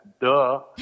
duh